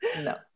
no